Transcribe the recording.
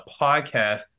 podcast